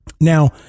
Now